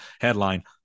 headline